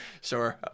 Sure